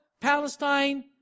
Palestine